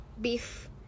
beef